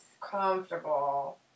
...comfortable